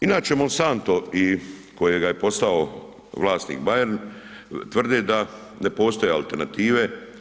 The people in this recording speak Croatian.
Inače, Monsanto i kojega je postao vlasnik Bayer, tvrde da ne postoje alternative.